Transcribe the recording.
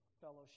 fellowship